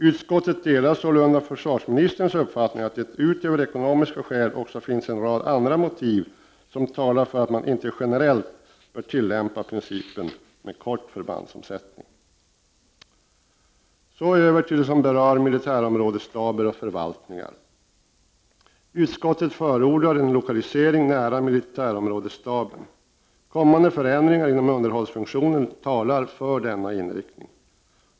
Utskottet delar sålunda försvarsministerns uppfattning att det utöver ekonomiska skäl också finns en rad andra motiv som talar för att man inte generellt bör tillämpa principen med kort förbandsomsättningstid. Så till frågan om militärområdesstaber och förvaltningar. Utskottet förordar lokalisering nära militärområdesstaben. Kommande förändringar inom underhållsfunktionen talar för denna inriktning.